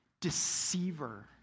deceiver